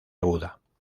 aguda